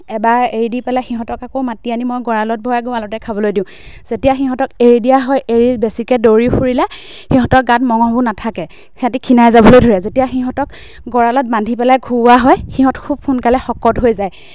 এবাৰ এৰি দি পেলাই সিহঁতক আকৌ মাতি আনি মই গঁৰালত ভৰাই গঁৰালতে খাবলৈ দিওঁ যেতিয়া সিহঁতক এৰি দিয়া হয় এৰি বেছিকৈ দৌৰি ফুৰিলে সিহঁতক গাত মঙহবোৰ নাথাকে সিহঁতি খিনাই যাবলৈ ধৰে যেতিয়া সিহঁতক গঁৰালত বান্ধি পেলাই খুওৱা হয় সিহঁত খুব সোনকালে শকত হৈ যায়